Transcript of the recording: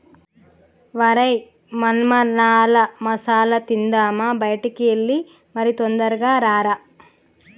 ఒరై మొన్మరాల మసాల తిందామా బయటికి ఎల్లి మరి తొందరగా రారా